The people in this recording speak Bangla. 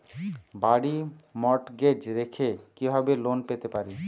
বাড়ি মর্টগেজ রেখে কিভাবে লোন পেতে পারি?